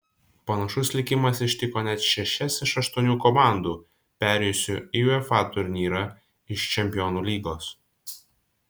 panašus likimas ištiko net šešias iš aštuonių komandų perėjusių į uefa turnyrą iš čempionų lygos